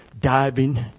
diving